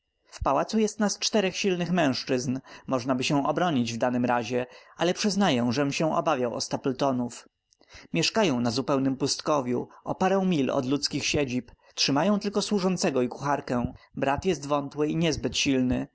w pałacu jest nas czterech silnych mężczyzn możnaby się obronić w danym razie ale przyznaję żem się obawiał o stapletonów mieszkają na zupełnem pustkowiu o parę mil od ludzkich siedzib trzymają tylko służącego i kucharkę brat jest wątły i niezbyt silny